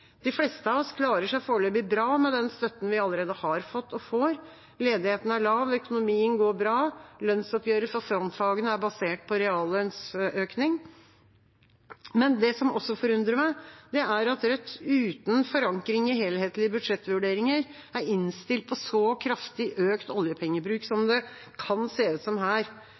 De fleste av oss klarer seg foreløpig bra med den støtten vi allerede har fått og får. Ledigheten er lav. Økonomien går bra. Lønnsoppgjøret for frontfagene er basert på reallønnsøkning. Det som også forundrer meg, er at Rødt, uten forankring i helhetlige budsjettvurderinger, er innstilt på så kraftig økt oljepengebruk som det kan se ut som her.